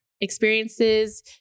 experiences